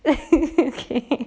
okay